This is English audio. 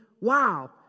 wow